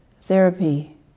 therapy